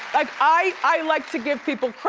like i i like to give people,